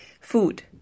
Food